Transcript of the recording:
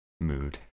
mood